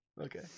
Okay